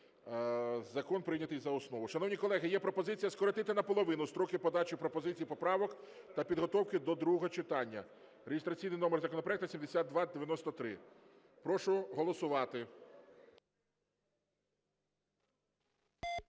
Закон прийнятий за основу. Шановні колеги, є пропозиція скоротити на половину строки подачі пропозицій (поправок) та підготовки до другого читання (реєстраційний номер законопроекту 7293). Прошу голосувати.